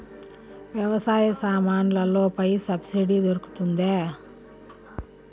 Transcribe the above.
వ్యవసాయ సామాన్లలో పై సబ్సిడి దొరుకుతుందా?